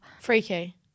freaky